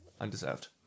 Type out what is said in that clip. undeserved